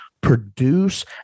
produce